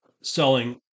selling